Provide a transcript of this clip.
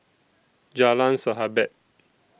Jalan Sahabat